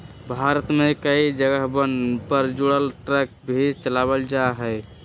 भारत में कई जगहवन पर जुगाड़ ट्रक भी चलावल जाहई